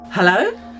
Hello